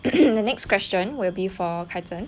the next question will be for kai zhen